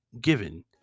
given